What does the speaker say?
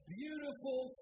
beautiful